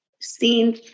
seen